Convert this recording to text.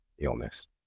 illness